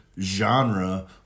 genre